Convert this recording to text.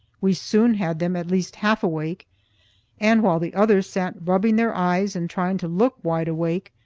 we soon had them at least half awake and while the others sat rubbing their eyes and trying to look wide awake,